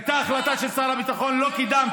הייתה החלטה של שר הביטחון, ולא קידמתם.